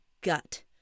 gut